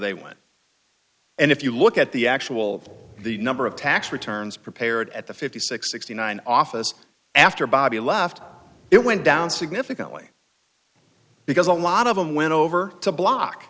they went and if you look at the actual the number of tax returns prepared at the fifty six sixty nine office after bobby left it went down significantly because a lot of them went over to block